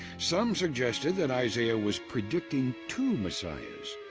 some suggested that isaiah was predicting two messiahs,